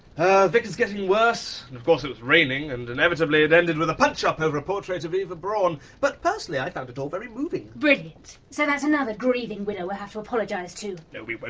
the vicar's getting worse, and of course it was raining, and inevitably it ended with a punch-up over a portrait of eva braun, but personally i found it all very moving. brilliant. so that's another grieving widow we'll have to apologise to. no we but